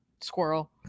squirrel